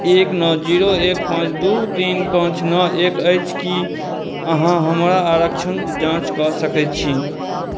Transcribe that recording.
एक नओ जीरो एक पाँच दुइ तीन पाँच नओ एक अछि कि अहाँ हमरा आरक्षणके जाँच कऽ सकै छी